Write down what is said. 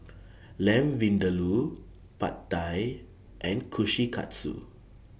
Lamb Vindaloo Pad Thai and Kushikatsu